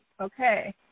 okay